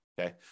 okay